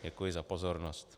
Děkuji za pozornost.